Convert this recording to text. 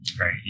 right